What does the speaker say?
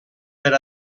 per